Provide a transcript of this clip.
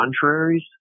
contraries